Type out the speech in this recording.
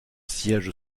siège